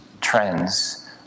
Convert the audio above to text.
trends